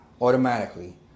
automatically